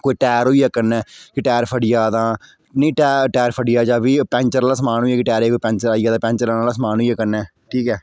कोई टायर होई गेआ कन्नै गै टायर फटी जां ता नेईं टायर फटी जाऐ जा पेंटर आह्ला समान होई गेआ टायरें गी कोई पैंचर आई जा ते पैंचर लाने आह्ले समान लेई जाओ कन्नै